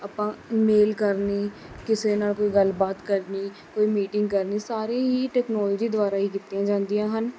ਆਪਾਂ ਮੇਲ ਕਰਨੀ ਕਿਸੇ ਨਾਲ ਕੋਈ ਗੱਲਬਾਤ ਕਰਨੀ ਕੋਈ ਮੀਟਿੰਗ ਕਰਨੀ ਸਾਰੇ ਹੀ ਟੈਕਨੋਲੋਜੀ ਦੁਆਰਾ ਹੀ ਕੀਤੀਆਂ ਜਾਂਦੀਆਂ ਹਨ